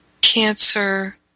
cancer